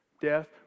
death